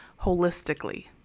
holistically